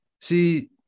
See